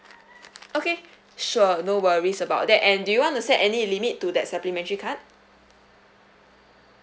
okay sure no worries about that and do you want to set any limit to that supplementary card